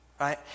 right